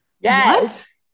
yes